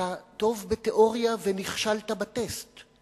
אתה טוב בתיאוריה ונכשלת בטסט.